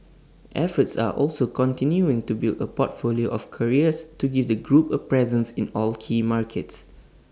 efforts are also continuing to build A portfolio of carriers to give the group A presence in all key markets